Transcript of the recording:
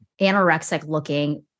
anorexic-looking